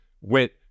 went